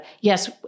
yes